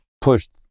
pushed